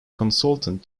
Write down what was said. consultant